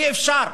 אי-אפשר.